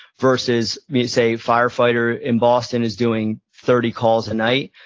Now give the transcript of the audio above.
versus say, firefighter in boston is doing thirty calls a night,